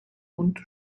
und